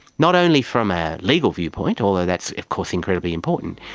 not only from a legal viewpoint, although that's of course incredibly important,